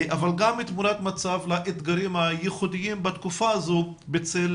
אבל גם תמונת מצב לאתגרים הייחודיים בתקופה הזו בצל